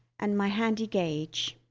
and my handy gauge